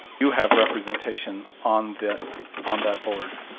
you have representation on that on that board.